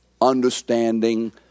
understanding